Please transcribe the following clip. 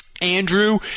Andrew